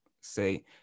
say